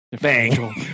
bang